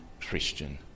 Christian